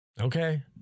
okay